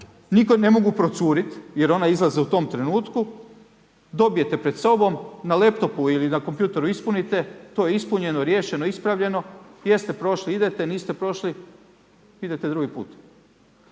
nikad ne mogu procurit jer oni izlaze u tom trenutku, dobijete pred sobom na laptopu ili na kompjuteru ispunite, to je ispunjeno, riješeno, ispravljeno, jeste prošli idete, niste prošli idete drugi put.